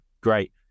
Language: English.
great